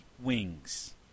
wings